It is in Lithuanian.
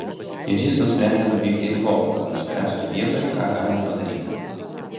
ir jis nusprendė nuvykti į lvovą kad nuspręstų vietoje ką galima padaryti